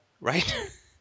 right